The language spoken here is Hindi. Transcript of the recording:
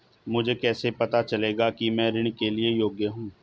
मुझे कैसे पता चलेगा कि मैं ऋण के लिए योग्य हूँ?